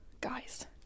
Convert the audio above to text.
Guys